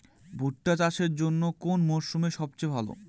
ভুট্টা চাষের জন্যে কোন মরশুম সবচেয়ে ভালো?